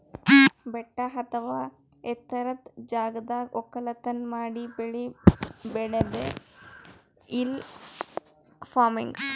ಬೆಟ್ಟ ಅಥವಾ ಎತ್ತರದ್ ಜಾಗದಾಗ್ ವಕ್ಕಲತನ್ ಮಾಡಿ ಬೆಳಿ ಬೆಳ್ಯಾದೆ ಹಿಲ್ ಫಾರ್ಮಿನ್ಗ್